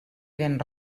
ben